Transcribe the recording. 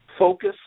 Focus